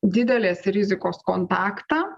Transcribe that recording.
didelės rizikos kontaktą